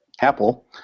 Apple